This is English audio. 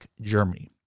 Germany